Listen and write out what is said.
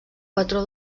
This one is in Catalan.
patró